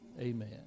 Amen